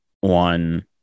one